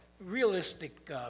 realistic